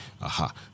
Aha